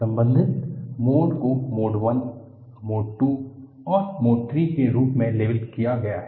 संबंधित मोड को mode I mode II और मोड III के रूप में लेबल किया गया है